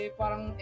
parang